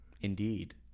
Indeed